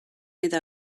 eta